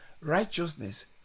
righteousness